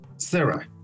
Sarah